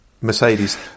Mercedes